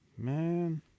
Man